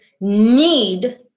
need